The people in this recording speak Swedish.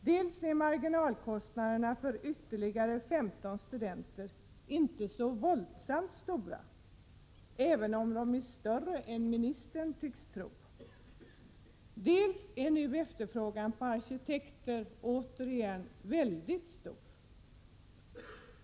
Dels är marginalkostnaderna för ytterligare 15 studenter inte så våldsamt stora, även om de är större än ministern tycks tro, dels är nu efterfrågan på arkitekter återigen väldigt stor.